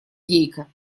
гейка